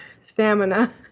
stamina